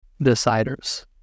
deciders